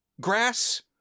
grass